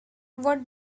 what